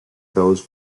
those